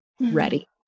ready